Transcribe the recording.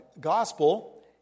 gospel